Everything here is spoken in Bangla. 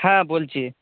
হ্যাঁ বলছি